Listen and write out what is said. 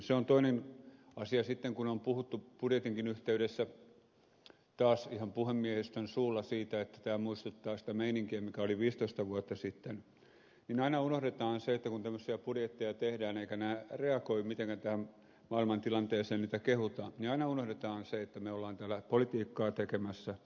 se on toinen asia sitten kun on puhuttu budjetinkin yhteydessä taas ihan puhemiehistön suulla siitä että tämä muistuttaa sitä meininkiä mikä oli viisitoista vuotta sitten että aina unohdetaan se kun tämmöisiä budjetteja tehdään eivätkä nämä reagoi mitenkään tähän maailmantilanteeseen niitä kehutaan että me olemme täällä politiikkaa tekemässä